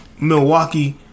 Milwaukee